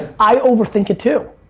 i overthink it, too.